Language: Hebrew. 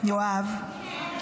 יואב,